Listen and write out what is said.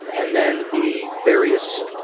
and then the various